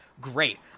great